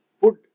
Put